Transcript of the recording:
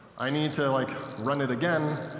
i need to like run it again,